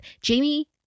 Jamie